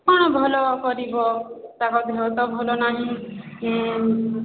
ହଁ ଭଲ କରିବ ତାଙ୍କ ଦେହ ତ ଭଲ ନାହିଁ ଉଁ